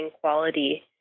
quality